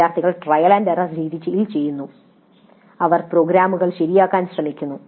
വിദ്യാർത്ഥികൾ trial and error രീതിയിൽ ചെയ്യുന്നു അവർ പ്രോഗ്രാമുകൾ ശരിയാക്കാൻ ശ്രമിക്കുന്നു